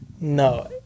no